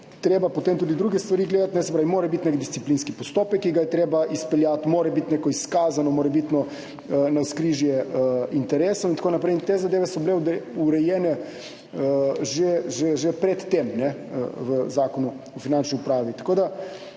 gledati tudi druge stvari, se pravi, mora biti nek disciplinski postopek, ki ga je treba izpeljati, mora biti neko izkazano morebitno navzkrižje interesov in tako naprej. Te zadeve so bile urejene že pred tem v Zakonu o finančni upravi.